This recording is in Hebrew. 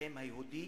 הלוחם היהודי,